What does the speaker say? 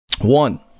One